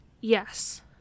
Yes